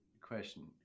question